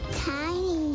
tiny